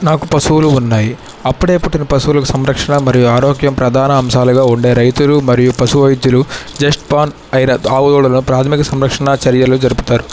నాకు పశువులు ఉన్నాయి అప్పుడే పుట్టిన పశువులకు సంరక్షణా మరియు ఆరోగ్యం ప్రధాన అంశాలుగా ఉండే రైతులు మరియు పశువైద్యలు జస్ట్ బోర్న్ అయిన ఆవుదూడను ప్రాథమిక సంరక్షణా చర్యలు జరుపుతారు